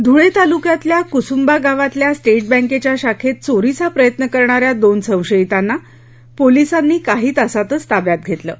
धुळे तालुक्यातल्या कुसुंबा गावातल्या स्टेट बँकेच्या शाखेत चोरीचा प्रयत्न करणा या दोन संशयितांना पोलसांनी काही तासातच ताब्यात घेतलं आहे